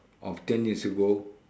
of ten years ago